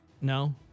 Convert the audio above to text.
No